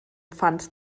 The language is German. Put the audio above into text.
pfand